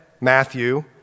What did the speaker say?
Matthew